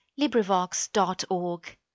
LibriVox.org